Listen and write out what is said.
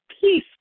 peace